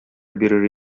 бирер